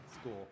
school